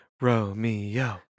Romeo